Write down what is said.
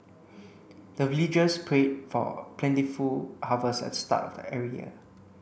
the villagers prayed for plentiful harvest at start of every year